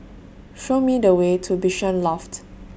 Show Me The Way to Bishan Loft